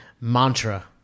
mantra